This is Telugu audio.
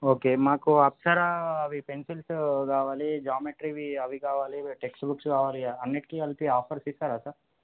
ఓకే మాకు అప్సరా అవి పెన్సిల్సు కావాలి జామెట్రీవి అవి కావాలి ఇంకా టెస్ట్ బుక్స్ కావాలి ఇక అన్నింటికీ కలిపి ఆఫర్స్ ఇస్తారా సార్